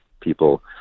people